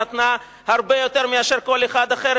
נתנה הרבה יותר מאשר כל אחד אחר,